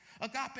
Agape